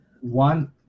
one